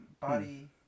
body